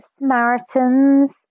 Samaritans